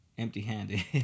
empty-handed